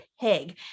pig